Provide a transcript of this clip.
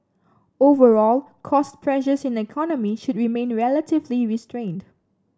overall cost pressures in the economy should remain relatively restrained